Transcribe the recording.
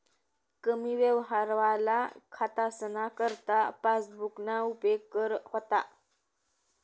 कमी यवहारवाला खातासना करता पासबुकना उपेग करा व्हता